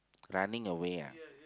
running away